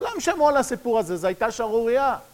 כולם שמעו על הסיפור הזה, זה הייתה שערוריה.